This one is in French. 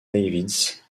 davis